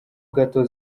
gato